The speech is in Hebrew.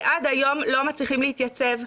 ועד היום לא מצליחים להתייצב,